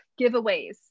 giveaways